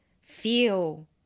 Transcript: Feel